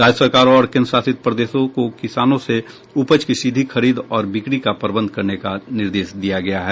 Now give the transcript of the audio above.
राज्य सरकारों और केन्द्रशासित प्रदेशों को किसानों से उपज की सीधी खरीद और बिक्री का प्रबंध करने का निर्देश दिया गया है